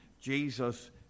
Jesus